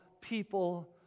people